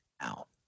out